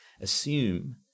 assume